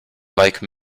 like